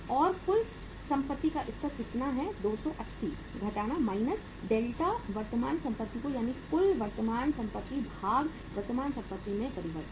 और कुल संपत्ति का स्तर कितना है 280 घटना डेल्टा वर्तमान संपत्ति को यानी कुल वर्तमान संपत्ति भाग वर्तमान संपत्ति में परिवर्तन